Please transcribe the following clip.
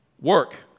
Work